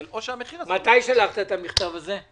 או המחיר- -- מתי שלחת את המכתב הזה?